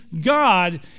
god